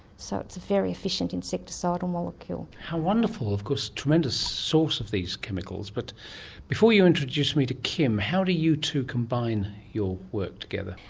so it's a very efficient insecticidal molecule. how wonderful, of course a tremendous source of these chemicals. but before you introduce me to kim, how do you two combine your work together?